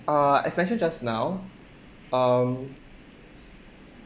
uh as I said just now um